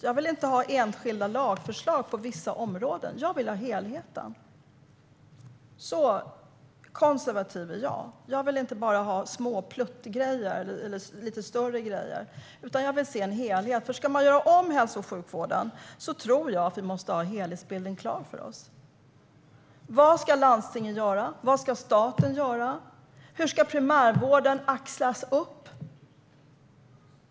Jag vill inte ha enskilda lagförslag på vissa områden, utan jag vill ha helheten. Så konservativ är jag. Jag vill inte bara ha små pluttgrejer eller lite större grejer, utan jag vill se en helhet. Jag tror att vi måste ha helhetsbilden klar för oss om vi ska göra om hälso och sjukvården. Vad ska landstingen göra? Vad ska staten göra? Hur ska primärvården stöttas?